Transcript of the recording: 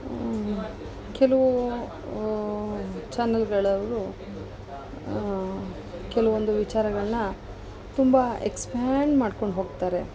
ಕೆಲವು ಚ್ಯಾನಲ್ಗಳವರು ಕೆಲವೊಂದು ವಿಚಾರಗಳನ್ನ ತುಂಬ ಎಕ್ಸ್ಪ್ಯಾಂಡ್ ಮಾಡ್ಕೊಂಡು ಹೋಗ್ತಾರೆ